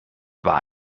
war